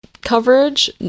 coverage